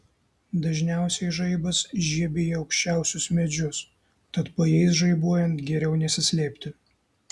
dažniausiai žaibas žiebia į aukščiausius medžius tad po jais žaibuojant geriau nesislėpti